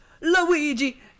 Luigi